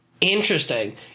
Interesting